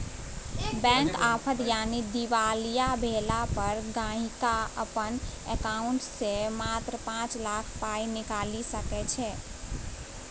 bank आफद यानी दिवालिया भेला पर गांहिकी अपन एकांउंट सँ मात्र पाँच लाख पाइ निकालि सकैत छै